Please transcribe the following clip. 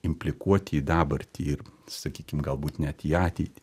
implikuot į dabartį ir sakykim galbūt net į ateitį